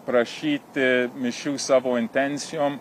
prašyti mišių savo intencijom